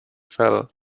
fell